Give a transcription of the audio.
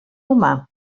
humà